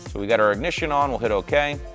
but we got our ignition on, we'll hit okay.